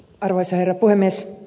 arvoisa herra puhemies